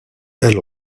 elle